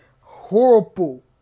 Horrible